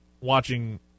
watching